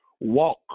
Walk